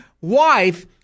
wife